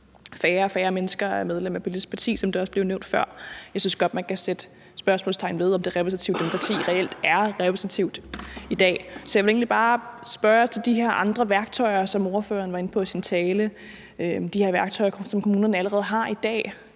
færre mennesker er medlem af et politisk parti, som det også blev nævnt før. Jeg synes godt, at man kan sætte spørgsmålstegn ved, om det repræsentative demokrati reelt er repræsentativt i dag. Så jeg vil egentlig bare spørge til de her andre værktøjer, som ordføreren var inde på i sin tale, og som kommunerne allerede har i dag.